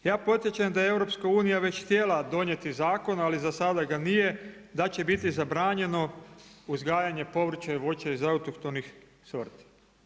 Ja podsjećam da je EU već htjela donijeti zakon ali zasada ga nije, da će biti zabranjeno uzgajanje povrća i voća iz autohtonih sorti.